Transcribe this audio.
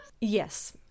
Yes